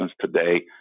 today